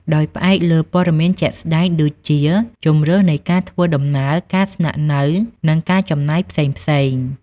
ដោយផ្អែកលើព័ត៌មានជាក់ស្ដែងដូចជាជម្រើសនៃការធ្វើដំណើរ ការស្នាក់នៅ និងការចំណាយផ្សេងៗ។